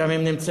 שם הם נמצאים,